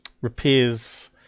repairs